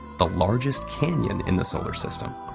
the largest canyon in the solar system?